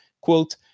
quote